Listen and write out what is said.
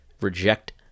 reject